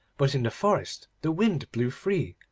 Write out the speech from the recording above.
but in the forest the wind blew free,